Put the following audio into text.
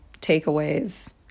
takeaways